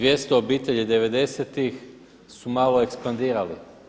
200 obitelji '90.-tih su malo ekspandirali.